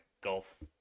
golf